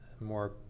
more